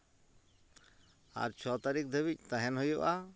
ᱟᱨ ᱪᱷᱚ ᱛᱟ ᱨᱤᱠᱷ ᱫᱷᱟᱹᱵᱤᱡ ᱛᱟᱦᱮᱱ ᱦᱩᱭᱩᱜᱼᱟ